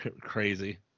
crazy